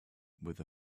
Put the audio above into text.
with